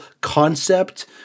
concept